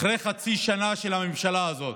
אחרי חצי שנה של הממשלה הזאת,